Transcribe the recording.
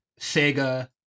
Sega